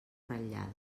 ratllada